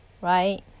right